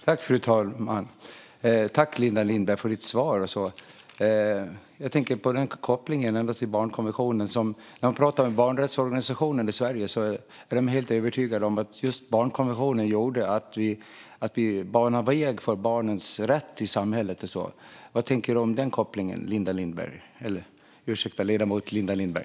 Fru talman! Tack, Linda Lindberg, för ditt svar! Jag tänker på kopplingen till barnkonventionen. Barnrättsorganisationer i Sverige är helt övertygade om att just barnkonventionen gjorde att vi banade väg för barnets rätt i samhället. Vad tänker du om den kopplingen, Linda Lindberg? Ursäkta, ledamoten Linda Lindberg.